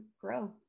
grow